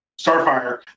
Starfire